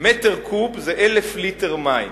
מטר קוב זה 1,000 ליטר מים.